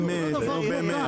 באמת.